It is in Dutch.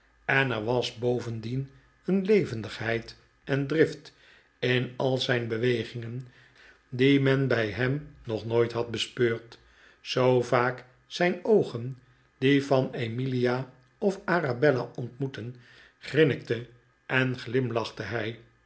en er was bovendien een levendigheid en drift in al zijn bewegingen die men bij hem nog nooit had bespeurd zoo vaak zijn oogen die van emilia of arabella ontmoetten grinnikte en glimlachte hij